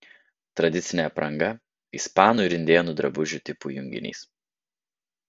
tradicinė apranga ispanų ir indėnų drabužių tipų junginys